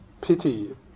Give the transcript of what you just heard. pity